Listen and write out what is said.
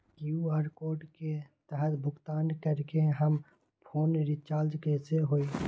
QR code के तहद भुगतान करके हम फोन रिचार्ज कैसे होई?